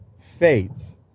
faith